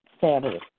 Saturday